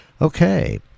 Okay